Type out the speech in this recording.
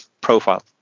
profile